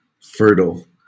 fertile